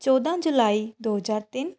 ਚੌਦ੍ਹਾਂ ਜੁਲਾਈ ਦੋ ਹਜ਼ਾਰ ਤਿੰਨ